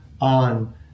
on